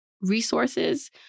resources